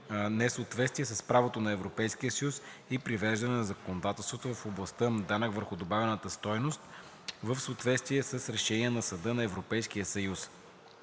несъответствия с правото на Европейския съюз и привеждане на законодателството в областта на данък върху добавената стойност в съответствие с решения на Съда на Европейския съюз.